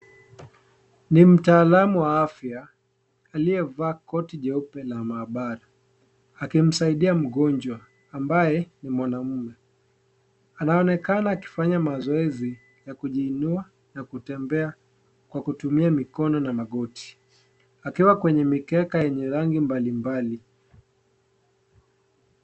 Ni mtaalamu wa afya aliyevaa koti jeupe la mahabara, akimsaidia mgonjwa ambaye ni mwanaume. Anaonekana akifanya mazoezi ya kujiinua na kutembea kwa kutumia mikono na magoti, akiwa kwenye mikeka yenye rangi mbalimbali.